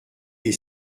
est